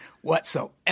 whatsoever